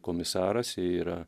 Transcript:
komisaras jei yra